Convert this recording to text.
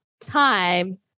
time